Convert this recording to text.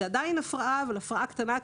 זאת עדיין הפרעה אבל הפרעה קטנה.